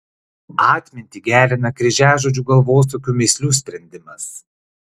atmintį gerina kryžiažodžių galvosūkių mįslių sprendimas